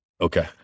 Okay